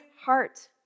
heart